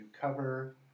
cover